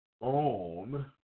on